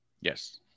Yes